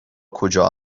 کجا